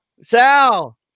Sal